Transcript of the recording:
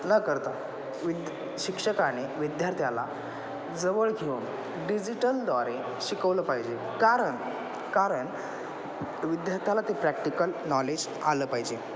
न करता विद शिक्षकाने विद्यार्थ्याला जवळ घेऊन डिजिटलद्वारे शिकवलं पाहिजे कारण कारण विद्यार्थ्याला ते प्रॅक्टिकल नॉलेज आलं पाहिजे